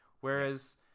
Whereas